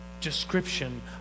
Description